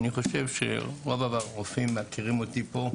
אני חושב שרוב הרופאים מכירים אותי פה,